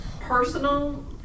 personal